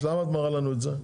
אז למה את מראה לנו את זה?